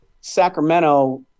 Sacramento